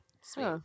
sweet